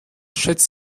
schätzt